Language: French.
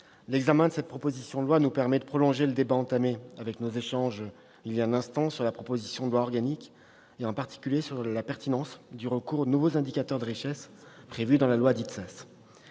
l'examen de cette proposition de loi nous permet de prolonger le débat entamé au travers de nos échanges sur la proposition de loi organique, et en particulier sur la pertinence du recours aux nouveaux indicateurs de richesse prévus dans la loi Sas.